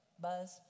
Buzz